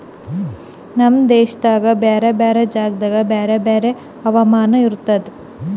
ನಮ್ ದೇಶದಾಗ್ ಬ್ಯಾರೆ ಬ್ಯಾರೆ ಜಾಗದಾಗ್ ಬ್ಯಾರೆ ಬ್ಯಾರೆ ಹವಾಮಾನ ಇರ್ತುದ